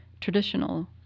traditional